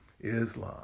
Islam